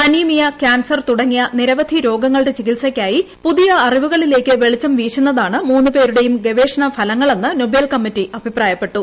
anaemia cancer തുടങ്ങിയ നിരവധി രോഗങ്ങളുടെ ചികിത്സയ്ക്കായി പുതിയ അറിവുകളിലേക്ക് വെളിച്ചം വീശുന്നതാണ് മൂന്നു പേരുടെയും ഗവേഷണഫലങ്ങളെന്ന് നൊബേൽ കമ്മിറ്റി അഭിപ്രായപ്പെട്ടു